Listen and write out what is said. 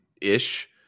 ish